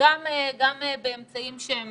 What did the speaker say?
גם באמצעים שהם